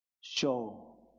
show